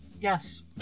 Yes